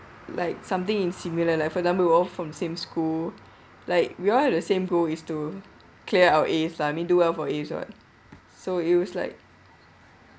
like something in similar like for example we're all from the same school like we all have the same goal it's to clear our As lah I mean do well for As [what] so it was like